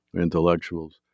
intellectuals